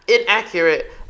inaccurate